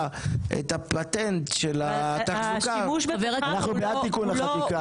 את הפטנט של התחזוקה --- אנחנו בעד תיקון החקיקה,